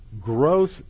Growth